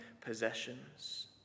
possessions